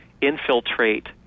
infiltrate